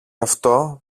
αυτό